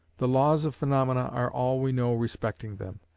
the laws of phaenomena are all we know respecting them.